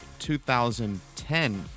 2010